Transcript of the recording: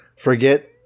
Forget